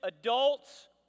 adults